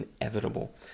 inevitable